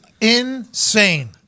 insane